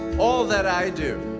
all that i do.